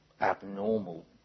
abnormal